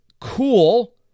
cool